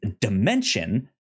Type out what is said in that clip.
dimension